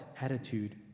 attitude